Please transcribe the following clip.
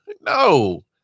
no